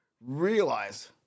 realize